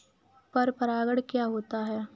पर परागण क्या होता है?